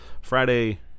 friday